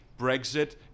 Brexit